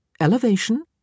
elevation